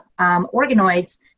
organoids